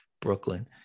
Brooklyn